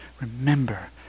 remember